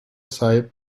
sahip